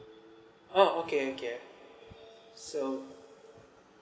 oh okay okay so